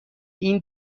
این